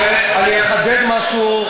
ואני אחדד משהו,